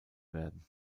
werden